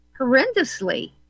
horrendously